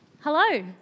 Hello